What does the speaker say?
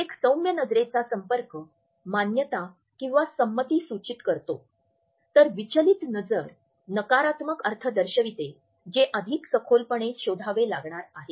एक सौम्य नजरेचा संपर्क मान्यता किंवा संमती सूचित करतो तर विचलित नजर नकारात्मक अर्थ दर्शविते जे अधिक सखोलपणे शोधावे लागणार आहे